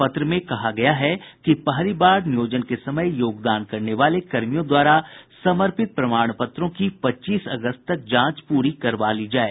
पत्र में कहा गया है कि पहली बार नियोजन के समय योगदान करने वाले कर्मियों द्वारा समर्पित प्रमाण पत्रों की पच्चीस अगस्त तक जांच प्री करवा ली जाये